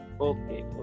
Okay